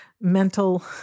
mental